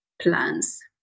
plans